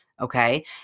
okay